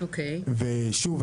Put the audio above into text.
שוב,